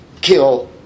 kill